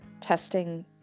testing